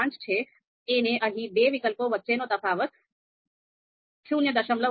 5 છે અને અહીં બે વિકલ્પો વચ્ચેનો તફાવત 0